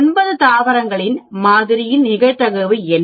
ஒன்பது தாவரங்களின் மாதிரியில் நிகழ்தகவு என்ன